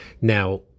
now